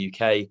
UK